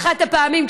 באחת הפעמים,